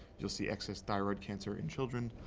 you'll see excess thyroid cancer in children,